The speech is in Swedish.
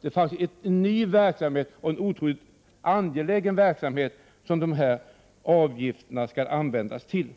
Det är faktiskt en ny verksamhet och en otroligt angelägen verksamhet som dessa avgifter skall användas till.